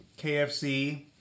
KFC